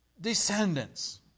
descendants